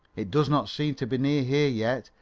it does not seem to be near here yet,